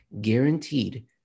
guaranteed